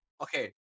Okay